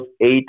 eight